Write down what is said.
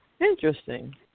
Interesting